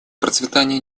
процветания